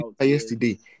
yesterday